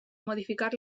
modificar